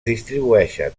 distribueixen